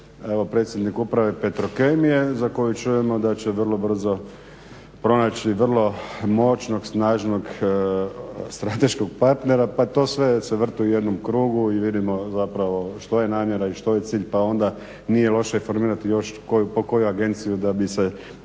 evo predsjednik Uprave Petrokemije za koju čujemo da će vrlo brzo pronaći vrlo moćnog, snažnog, strateškog partnera pa to sve se vrti u jednom krugu i vidimo zapravo što je namjera i što je cilj pa onda nije loše formirati još pokoju agenciju da bi se taj